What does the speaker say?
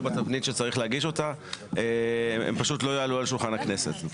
בתבנית שצריך להגיש אותה הם פשוט לא יעלו על שולחן הכנסת,